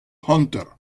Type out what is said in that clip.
hanter